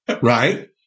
right